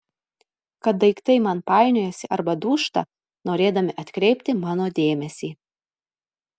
kad daiktai man painiojasi arba dūžta norėdami atkreipti mano dėmesį